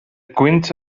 gwynt